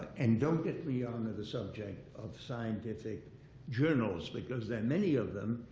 and don't get me onto the subject of scientific journals. because then many of them,